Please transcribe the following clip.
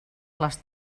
les